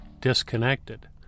disconnected